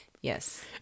Yes